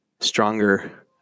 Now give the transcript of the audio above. stronger